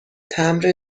تمبر